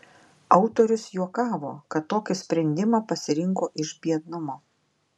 autorius juokavo kad tokį sprendimą pasirinko iš biednumo